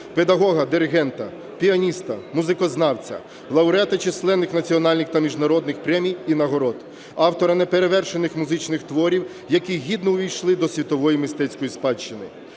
педагога, диригента, піаніста, музикознавця, лауреата численних національних та міжнародних премій і нагород, автора неперевершених музичних творів, які гідно увійшли до світової мистецької спадщини.